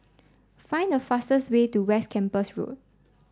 find the fastest way to West Camps Road